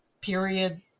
period